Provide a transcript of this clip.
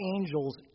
angels